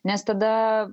nes tada